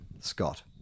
Scott